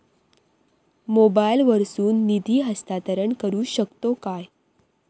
मोबाईला वर्सून निधी हस्तांतरण करू शकतो काय?